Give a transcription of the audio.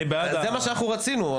זה מה שרצינו.